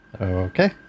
Okay